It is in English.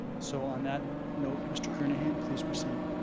so on that note, mr. kernahan, please proceed.